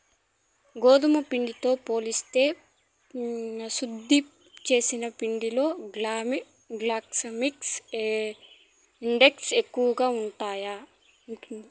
గోధుమ పిండితో పోలిస్తే శుద్ది చేసిన పిండిలో గ్లైసెమిక్ ఇండెక్స్ ఎక్కువ ఉంటాది